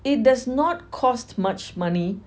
it does not cost much money